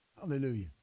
Hallelujah